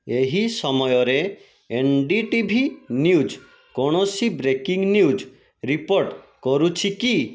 ଏହି ସମୟରେ N D T V news କୌଣସି ବ୍ରେକିଂ ନ୍ୟୁଜ୍ ରିପୋର୍ଟ କରୁଛି କି